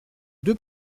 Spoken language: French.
deux